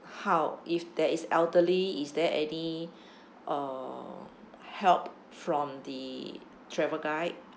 how if there is elderly is there any uh help from the travel guide